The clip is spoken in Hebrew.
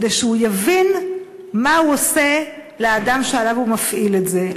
כדי שהוא יבין מה הוא עושה לאדם שעליו הוא מפעיל את זה.